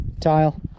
Tile